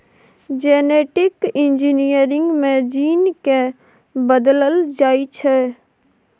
genetic engineering मे gene केँ बदलल जाइ छै